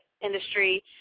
industry